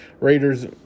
Raiders